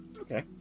Okay